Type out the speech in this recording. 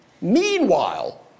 Meanwhile